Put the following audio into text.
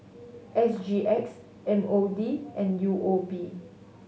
S G X M O D and U O B